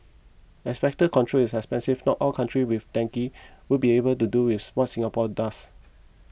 as vector control is expensive not all countries with dengue would be able to do with what Singapore does